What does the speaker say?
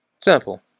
simple